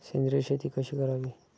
सेंद्रिय शेती कशी करावी?